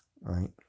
right